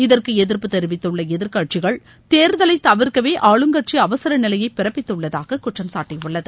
இதற்கு எதிர்ப்பு தெரிவித்துள்ள எதிர்க்கட்சிகள் தேர்தலை தவிர்க்கவே ஆளுங்கட்சி அவசர நிலையை பிறப்பித்துள்ளதாக குற்றம்சாட்டியுள்ளது